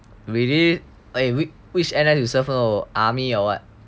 really which N_S you serve lor army or what